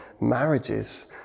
marriages